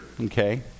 okay